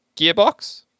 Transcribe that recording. Gearbox